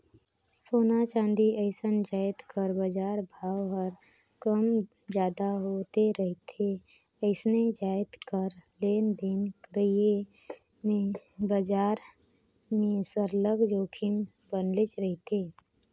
सोना, चांदी असन जाएत कर बजार भाव हर कम जादा होत रिथे अइसने जाएत कर लेन देन करई में बजार में सरलग जोखिम बनलेच रहथे